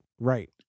right